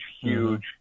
huge